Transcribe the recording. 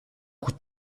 coup